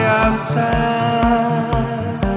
outside